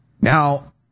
Now